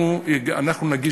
אנחנו נגיש,